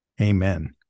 amen